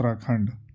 Uttarakhand